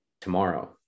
tomorrow